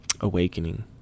awakening